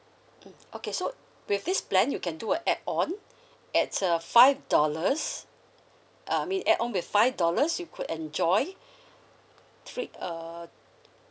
mm okay so with this plan you can do a add on it's a five dollars um it add on with five dollars you could enjoy free uh